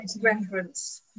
reference